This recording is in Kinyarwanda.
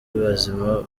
bazima